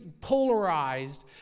polarized